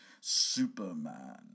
superman